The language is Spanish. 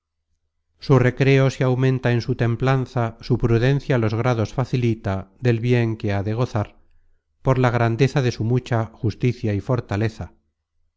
su recreo se aumenta en su templanza su prudencia los grados facilita del bien que ha de gozar por la grandeza de su mucha justicia y fortaleza